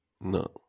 No